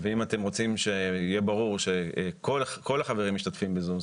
אם אתם רוצים שיהיה ברור שכל החברים משתתפים ב-זום,